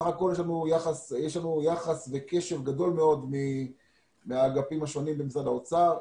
בסך הכול יש לנו יחס וקשב גדול מאוד מהאגפים השונים במשרד האוצר,